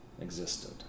existed